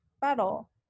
battle